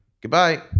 goodbye